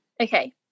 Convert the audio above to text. Okay